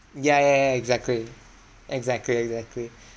ya ya ya exactly exactly exactly